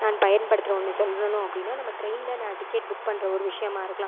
நான் பயன்படுத்துகிற ஒன்றை சொல்லணும் அப்படின்னா நம்ம ட்ரெயினில் நான் டிக்கெட் புக் பண்ணுற ஒரு விஷயமாக இருக்கலாம்